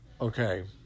Okay